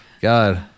God